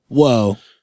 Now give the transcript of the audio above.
whoa